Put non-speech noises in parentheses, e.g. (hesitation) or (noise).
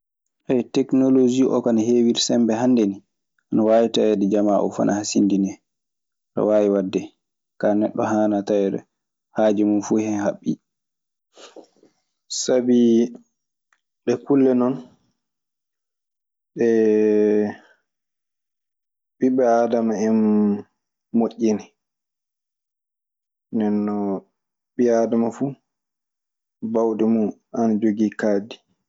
(hesitation) Teknolosii kaa no heeɗiri sembe hannde nii, ne waawi taweede jamaa oo fuu ana hasindinii hen. Ne waawi waɗde, kaa neɗɗo hanaa taweede haaju mun fuu hen haɓɓii. Sabii ɗe kulle non (hesitation) ɓiɓɓe aadama en moƴƴini. Ndennon ɓii aadama fu bawɗi mun ana jogii kaaddi.